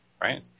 Right